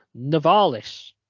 navalis